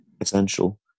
essential